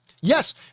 Yes